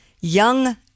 young